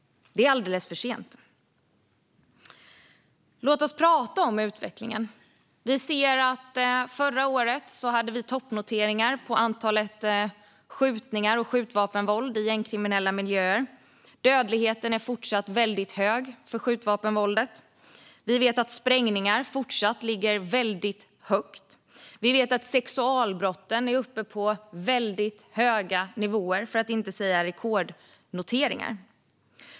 Det är alldeles för sent. Låt oss prata om utvecklingen. Förra året hade vi toppnoteringar när det gäller antalet skjutningar och skjutvapenvåld i gängkriminella miljöer. Dödligheten är fortsatt väldigt hög för skjutvapenvåldet, och vi vet att sprängningar fortsatt ligger väldigt högt. Sexualbrotten är uppe på väldigt höga nivåer, för att inte säga rekordnoteringar.